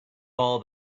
ball